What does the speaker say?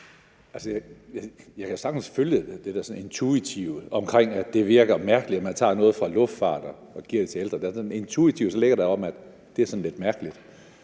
Jeg kan sagtens intuitivt følge det med, at det virker mærkeligt, at man tager noget fra luftfarten og giver det til de ældre. Altså, intuitivt tænker man, at det er sådan lidt mærkeligt.